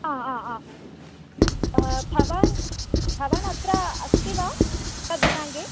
अ अ अ भवान् भवान् अत्र अस्ति वा तद्दिनाङ्के